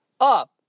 Up